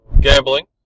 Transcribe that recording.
gambling